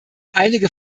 einige